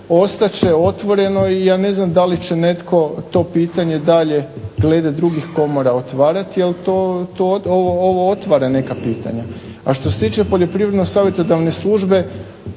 ostat će otvoreno i ja ne znam da li će netko to pitanje dalje glede drugih komora otvarati. Ali to, ovo otvara neka pitanja. A što se tiče poljoprivredno-savjetodavne službe